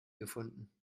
gefunden